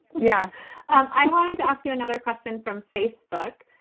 yeah i wanted to ask you another question from facebook.